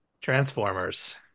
Transformers